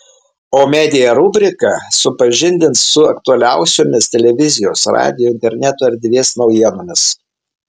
o media rubrika supažindins su aktualiausiomis televizijos radijo interneto erdvės naujienomis